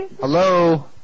Hello